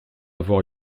avoir